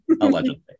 allegedly